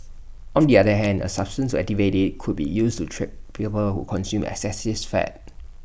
on the other hand A substance activate IT could be used to treat people who consume excessive fat